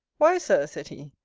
why, sir, said he,